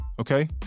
Okay